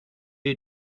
des